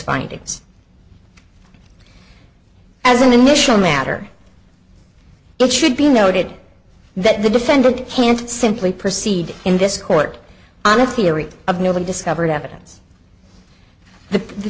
findings as an initial matter it should be noted that the defendant can't simply proceed in this court on a theory of no one discovered evidence the the